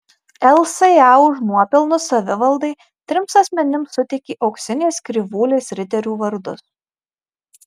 lsa už nuopelnus savivaldai trims asmenims suteikė auksinės krivūlės riterių vardus